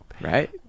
Right